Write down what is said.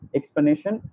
explanation